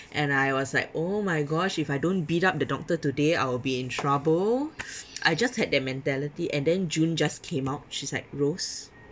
and I was like oh my gosh if I don't beat up the doctor today I'll be in trouble I just had that mentality and then june just came out she's like rose